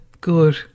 Good